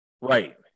Right